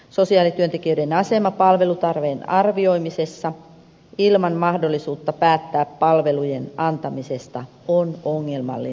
sosiaalityöntekijöiden asema palvelutarpeen arvioimisessa ilman mahdollisuutta päättää palvelujen antamisesta on ongelmallinen